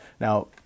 Now